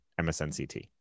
MSNCT